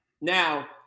Now